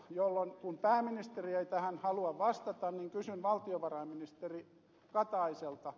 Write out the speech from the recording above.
kun pääministeri ei tähän halua vastata niin kysyn valtiovarainministeri kataiselta